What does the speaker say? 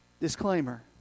disclaimer